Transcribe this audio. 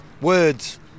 words